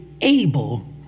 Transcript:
able